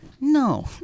No